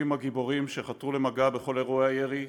הגיבורים שחתרו למגע בכל אירועי הירי,